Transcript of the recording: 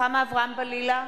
רוחמה אברהם-בלילא,